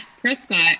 Prescott